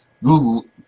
Google